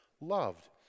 loved